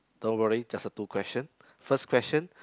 don't worry just a two question first question